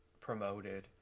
promoted